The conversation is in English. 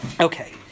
Okay